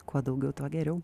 kuo daugiau tuo geriau